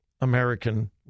American